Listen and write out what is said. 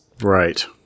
Right